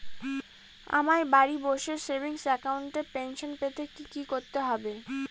আমায় বাড়ি বসে সেভিংস অ্যাকাউন্টে পেনশন পেতে কি কি করতে হবে?